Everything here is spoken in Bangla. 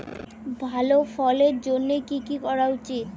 ভালো ফলনের জন্য কি কি করা উচিৎ?